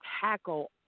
tackle